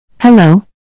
Hello